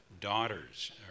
daughters